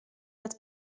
als